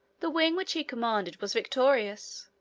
the wing which he commanded was victorious,